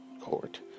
court